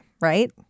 right